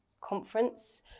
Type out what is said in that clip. conference